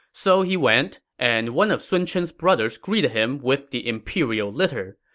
so he went, and one of sun chen's brothers greeted him with the imperial litter.